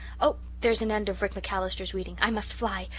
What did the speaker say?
oh, there's an end of rick macallister's reading. i must fly.